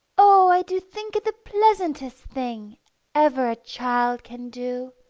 oh, i do think it the pleasantest thing ever a child can do!